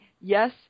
yes